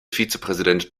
vizepräsident